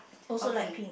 okay